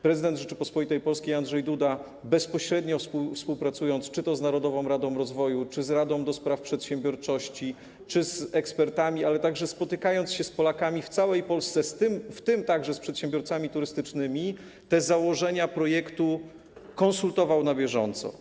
Prezydent Rzeczypospolitej Polskiej Andrzej Duda, bezpośrednio współpracując czy to z Narodową Radą Rozwoju, czy z Radą ds. Przedsiębiorczości, czy z ekspertami, ale także spotykając się z Polakami w całej Polsce, w tym także z przedsiębiorcami turystycznymi, te założenia projektu konsultował na bieżąco.